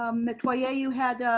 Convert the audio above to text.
ah metoyer you had